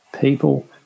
people